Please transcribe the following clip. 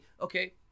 okay